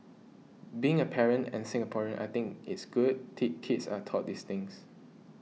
being a parent and Singaporean I think it's good tick kids are taught these things